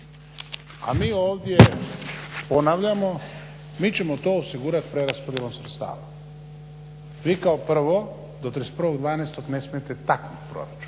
A mi ovdje ponavljamo, mi ćemo to osigurati preraspodjelom sredstava. Vi kao prvo do 31.12. ne smijete taknut proračun